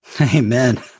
Amen